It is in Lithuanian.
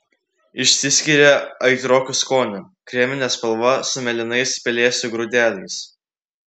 išsiskiria aitroku skoniu kremine spalva su mėlynais pelėsių grūdeliais